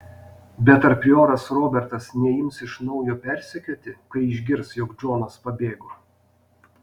bet ar prioras robertas neims iš naujo persekioti kai išgirs jog džonas pabėgo